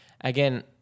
again